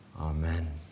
Amen